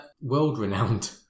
world-renowned